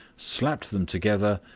slapped them together,